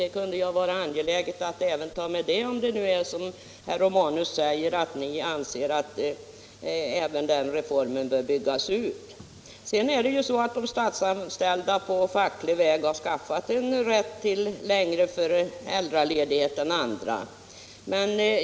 Det kunde ju ha varit angeläget att även ta med det, om det är så som herr Romanus säger att ni anser att även den reformen bör byggas ut. Det är ju så att de statsanställda på facklig väg skaffat sig en rätt till längre föräldraledighet än andra.